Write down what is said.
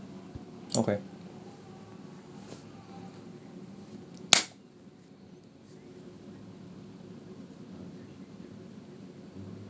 okay